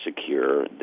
secure